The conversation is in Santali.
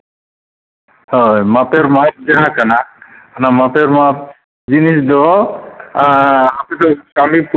ᱦᱳᱭ ᱢᱟᱯᱮᱨ ᱢᱟᱯ ᱡᱟᱦᱟᱸ ᱠᱟᱱᱟ ᱚᱱᱟ ᱢᱟᱯᱮᱨ ᱢᱟᱯ ᱡᱤᱱᱤᱥ ᱫᱚ ᱟᱯᱮ ᱫᱚ ᱠᱟᱹᱢᱤ ᱯᱩᱨᱟᱹᱣ ᱯᱮ